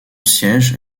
siège